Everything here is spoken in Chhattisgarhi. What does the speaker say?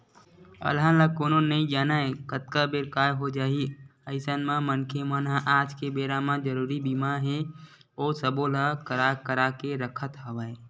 अलहन ल कोनो नइ जानय कतका बेर काय हो जाही अइसन म मनखे मन ह आज के बेरा म जरुरी बीमा हे ओ सब्बो ल करा करा के रखत हवय